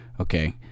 Okay